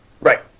right